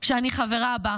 שאני חברה בה,